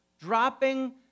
dropping